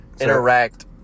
Interact